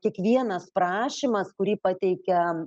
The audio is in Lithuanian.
kiekvienas prašymas kurį pateikia